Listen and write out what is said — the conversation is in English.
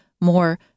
more